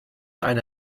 eine